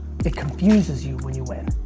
it confuses you when you win.